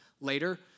later